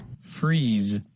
Freeze